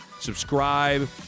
Subscribe